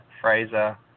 Fraser